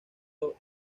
dos